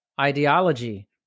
ideology